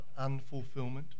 unfulfillment